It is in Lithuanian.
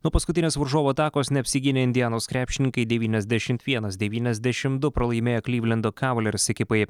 nuo paskutinės varžovų atakos neapsigynę indianos krepšininkai devyniasdešimt vienas devyniasdešim du pralaimėjo klivlendo kavaliers ekipai